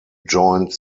joined